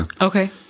Okay